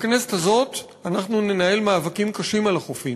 בכנסת הזאת אנחנו ננהל מאבקים קשים על החופים,